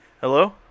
Hello